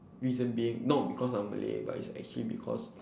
reason being not because I'm malay but its actually because